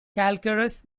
calcareous